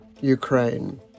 Ukraine